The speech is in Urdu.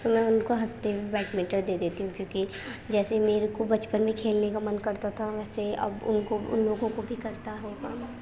تو میں ان کو ہنستے ہوئے بیٹمنٹن دے دیتی ہوں کیوں کہ جیسے میرے کو بچپن میں کھیلنے کا من کرتا تھا ویسے ہی اب ان کو ان لوگوں کو بھی کرتا ہوگا